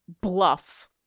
bluff